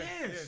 yes